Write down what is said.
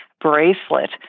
bracelet